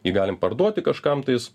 jį galim parduoti kažkam tai jis